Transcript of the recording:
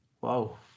Wow